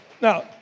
Now